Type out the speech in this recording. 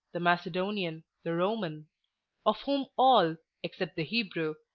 the macedonian, the roman of whom all, except the hebrew,